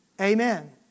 Amen